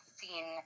seen